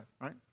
right